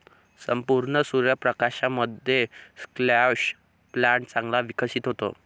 संपूर्ण सूर्य प्रकाशामध्ये स्क्वॅश प्लांट चांगला विकसित होतो